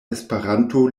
esperanto